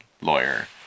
lawyer